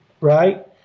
right